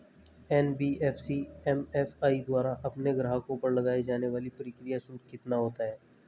NBFC MFI द्वारा अपने ग्राहकों पर लगाए जाने वाला प्रक्रिया शुल्क कितना होता है?